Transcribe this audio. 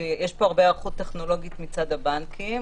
יש פה הרבה היערכות טכנולוגית מצד הבנקים.